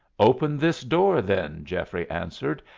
open this door then, geoffrey answered,